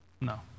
No